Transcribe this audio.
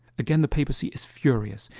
again the papacy is furious.